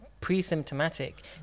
pre-symptomatic